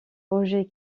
roger